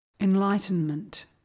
Enlightenment